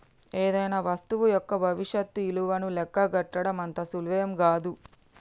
ఏదైనా వస్తువు యొక్క భవిష్యత్తు ఇలువను లెక్కగట్టడం అంత సులువేం గాదు